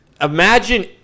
imagine